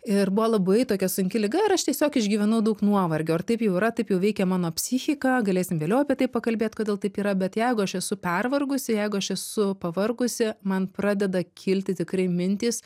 ir buvo labai tokia sunki liga ir aš tiesiog išgyvenau daug nuovargio ir taip jau yra taip jau veikia mano psichika galėsim vėliau apie tai pakalbėt kodėl taip yra bet jeigu aš esu pervargusi jeigu aš esu pavargusi man pradeda kilti tikrai mintys